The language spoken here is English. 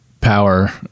power